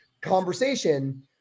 conversation